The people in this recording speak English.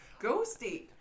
Ghosty